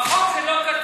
בחוק זה לא כתוב.